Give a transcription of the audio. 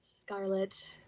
Scarlet